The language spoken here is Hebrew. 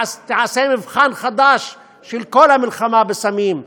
תעשה מבחן חדש של כל המלחמה בסמים,